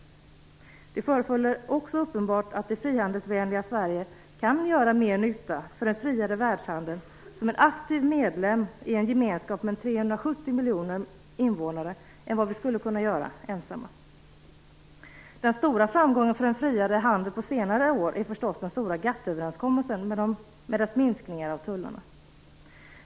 Det förefaller också uppenbart att det frihandelsvänliga Sverige kan göra mer nytta för en friare världshandel som en aktiv medlem i en gemenskap med 370 miljoner invånare än vi hade kunnat göra ensamma. Den stora framgången för en friare handel på senare år är förstås den stora GATT-överenskommelsen med dess minskningar av tullarna.